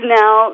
now